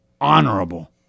honorable